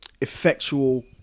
effectual